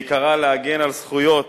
בעיקרה, להגן על זכויות